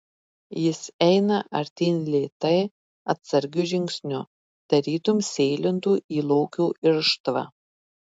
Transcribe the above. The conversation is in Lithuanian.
jis eina artyn lėtai atsargiu žingsniu tarytum sėlintų į lokio irštvą